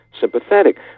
sympathetic